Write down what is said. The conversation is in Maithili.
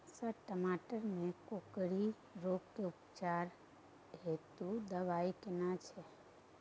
सर टमाटर में कोकरि रोग के उपचार हेतु दवाई केना छैय?